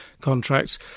contracts